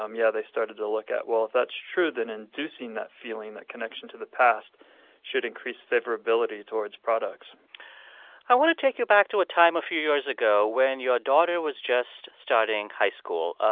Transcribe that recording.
um yeah, they started to look at, well, if that's true, then inducing that feeling, that connection to the past should increase favorability towards products i want to take you back to a time a few years ago when your daughter was just starting high school.